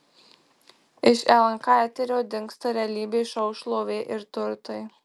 iš lnk eterio dingsta realybės šou šlovė ir turtai